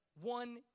one